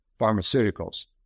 Pharmaceuticals